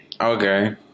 okay